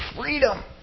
Freedom